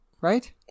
Right